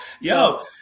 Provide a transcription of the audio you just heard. Yo